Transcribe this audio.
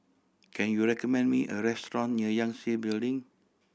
can you recommend me a restaurant near Yangtze Building